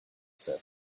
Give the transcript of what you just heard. said